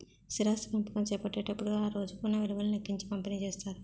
స్థిరాస్తి పంపకం చేపట్టేటప్పుడు ఆ రోజుకు ఉన్న విలువను లెక్కించి పంపిణీ చేస్తారు